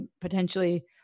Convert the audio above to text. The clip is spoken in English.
potentially